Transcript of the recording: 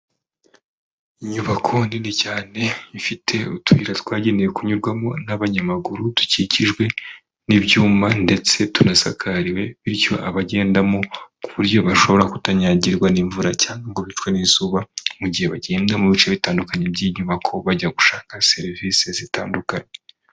Inyubako nini cyane ifite utuyira twagenewe kunyurwamo n'abanyamaguru, dukikijwe n'ibyuma ndetse tunasakariwe, bityo abagendamo ku buryo bashobora kutanyagirwa n'imvura cyangwa ngo bicwe n'izuba, mu gihe bagenda mu bice bitandukanye by'inyubako bajya gushaka serivisi zitandukanye.